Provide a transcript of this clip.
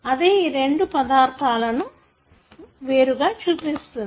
అదే ఈ రెండు పదార్థాలను వేరుగా చూపిస్తుంది